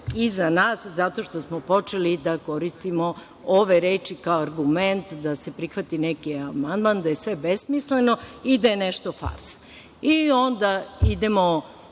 i za nas zato što smo počeli da koristimo ove reči kao argument da se prihvati neki amandman, da je sve besmisleno i da je nešto farsa. Onda idemo